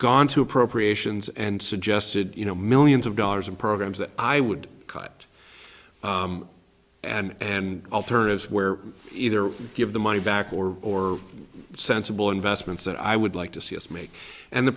gone to appropriations and suggested you know millions of dollars in programs that i would cut and alternatives where either give the money back or or sensible investments that i would like to see us make and the